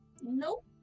Nope